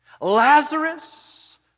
Lazarus